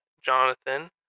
Jonathan